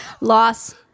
loss